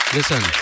Listen